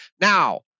Now